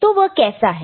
तो वह कैसा है